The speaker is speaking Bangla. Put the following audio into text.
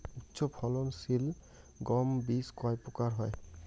উচ্চ ফলন সিল গম বীজ কয় প্রকার হয়?